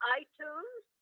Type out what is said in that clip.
iTunes